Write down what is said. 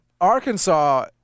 Arkansas